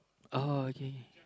uh okay okay